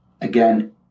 again